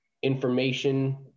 information